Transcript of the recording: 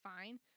fine